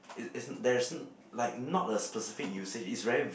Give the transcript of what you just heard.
is~ isn~ there's like not a specific usage it's very vague